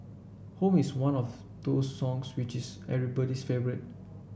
home is one of those songs which is everybody's favourite